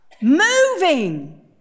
moving